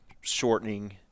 shortening